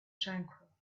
tranquil